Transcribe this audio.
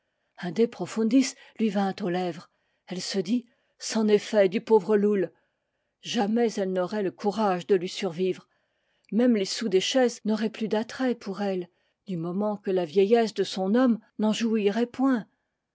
un de profundis lui vint aux lèvres elle se dit c'en est fait du pauvre loull jamais elle n'aurait le courage de lui survivre même les sous des chaises n'auraient plus d'attrait pour elle du moment que la vieillesse de son homme n'en jouirait point